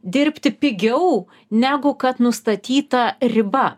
dirbti pigiau negu kad nustatyta riba